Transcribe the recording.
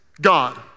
God